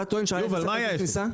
אתה טוען שהיה אפס כניסה?